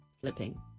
Flipping